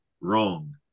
Wrong